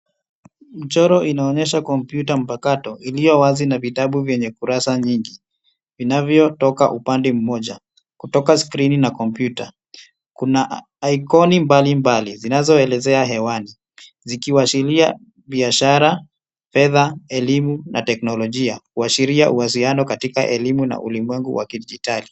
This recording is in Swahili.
Mchoro inaonyesha kompyuta mpakato iliyowazi na vitabu vyenye kurasa nyingi, vinavyotoka upande moja kutoka skrini na kompyuta. Kuna aikoni mbalimbali zinazoelezea hewani, zikiashiria biashara, fedha, elimu na teknolojia kuashiria uasiliano katika elimu na ulimwengu wa kidijitali.